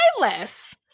less